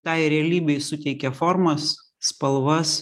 tai realybei suteikia formas spalvas